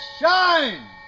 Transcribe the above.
shine